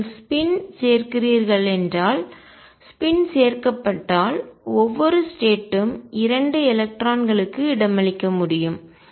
நீங்கள் ஸ்பின் சேர்க்கிறீர்கள் என்றால் ஸ்பின் சேர்க்கப்பட்டால் ஒவ்வொரு ஸ்டேட் ம் இரண்டு எலக்ட்ரான்களுக்கு இடமளிக்க முடியும்